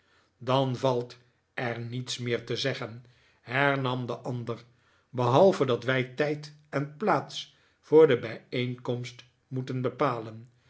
dan valt er niets meer te zeggen hernam de ander behalve dat wij tijd en plaats voor de bijeenkomst moeten bepalen